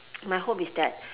my hope is that